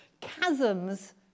chasms